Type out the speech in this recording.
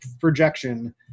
projection